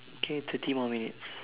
okay thirty more minutes